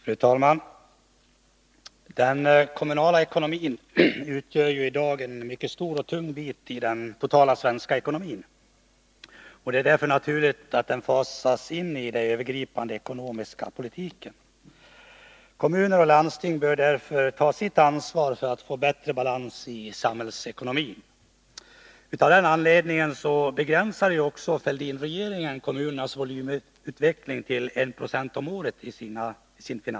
Fru talman! Den kommunala ekonomin utgör i dag en mycket stor och tung bit i den totala svenska ekonomin. Det är därför naturligt att den fasas in i den övergripande ekonomiska politiken. Kommuner och landsting bör ta sitt ansvar för att få bättre balans i samhällsekonomin. Utav den anledningen begränsade Fälldinregeringen i sin finansplan kommunernas volymutveckling till I 26 om året.